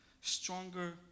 Stronger